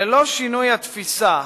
ללא שינוי התפיסה,